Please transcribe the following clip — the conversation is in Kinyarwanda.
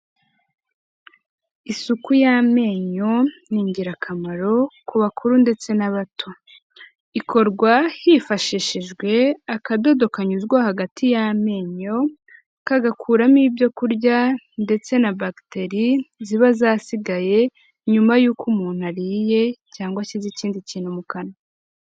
Isuku y'amenyo ni ingirakamaro ku bakuru ndetse n'abato. Ikorwa hifashishijwe akadodo kanyuzwa hagati y'amenyo, kagakuramo ibyo kurya ndetse na bagiteri ziba zasigaye nyuma yuko umuntu ariye cyangwa ashyize ikindi kintu mu kanwa.